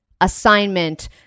assignment